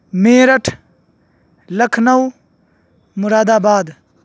میرٹھ لکھنؤ مراد آباد